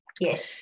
Yes